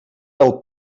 del